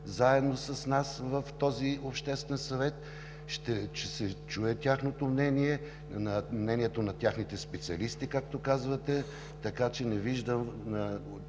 заедно с нас в този обществен съвет. Ще се чуе тяхното мнение, мнението на техните специалисти, както казвате, така че не виждам